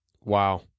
Wow